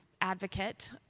advocate